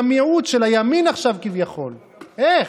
בתי המשפט וכל רשות אחרת,